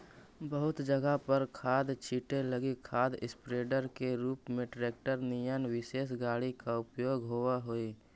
बहुत जगह पर खाद छीटे लगी खाद स्प्रेडर के रूप में ट्रेक्टर निअन विशेष गाड़ी के उपयोग होव हई